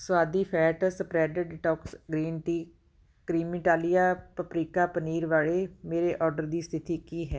ਸੁਆਦੀ fat spread detox green tea ਕ੍ਰੀਮੀਟਾਲੀਆ paprika paneer ਵਾਲੇ ਮੇਰੇ ਔਡਰ ਦੀ ਸਥਿਤੀ ਕੀ ਹੈ